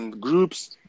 groups